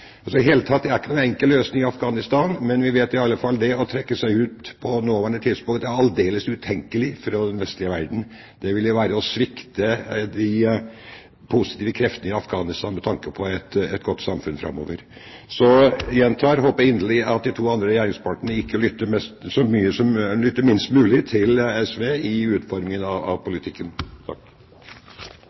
I det hele tatt – det er ingen enkel løsning i Afghanistan, men vi vet i alle fall at det å trekke seg ut på det nåværende tidspunkt er aldeles utenkelig for den vestlige verden. Det ville være å svikte de positive kreftene i Afghanistan med tanke på et godt samfunn framover. Så jeg gjentar: Jeg håper inderlig at de to andre regjeringspartene lytter minst mulig til SV i utformingen av politikken.